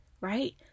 right